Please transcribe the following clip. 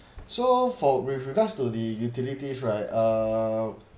so for with regards to the utilities right uh